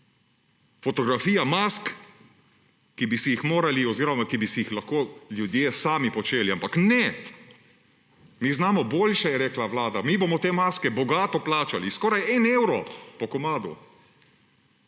Fotografija mask, ki bi si jih morali oziroma ki bi si jih lahko ljudje sami počeli, ampak ne, mi znamo boljše, je rekla Vlada. Mi bomo te maske bogato plačali, skoraj 1 euro po komadu